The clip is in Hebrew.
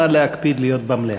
נא להקפיד להיות במליאה.